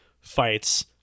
fights